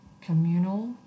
communal